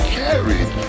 carried